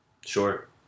Sure